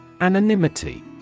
Anonymity